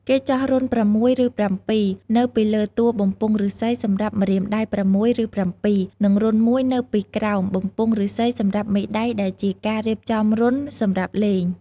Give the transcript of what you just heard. គេចោះរន្ធ ៦ ឬ ៧ នៅពីលើតួបំពង់ឫស្សីសម្រាប់ម្រាមដៃ ៦ ឬ ៧ និងរន្ធមួយនៅពីក្រោមបំពង់ឫស្សីសម្រាប់មេដៃដែលជាការរៀបចំរន្ធសម្រាប់លេង។